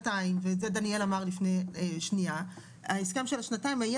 דניאל אמר לפני שנייה שההסכם של השנתיים היה